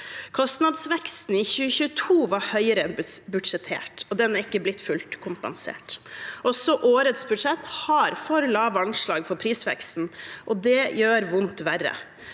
Kostnadsveksten i 2022 var høyere enn budsjettert, og den er ikke blitt fullt kompensert. Også årets budsjett har for lave anslag for prisveksten, og det gjør vondt verre.